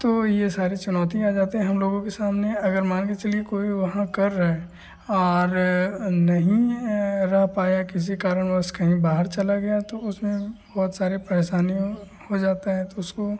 तो यह सारे चुनौती आ जाते हैं हम लोगों के सामने अगर मानकर चलिए कोई वहाँ का कर रहे और नहीं रह पाए किसी कारण वश कहीं बाहर चला गया तो उसमें बहुत सारे परेशानियाँ हो जाती है तो उसको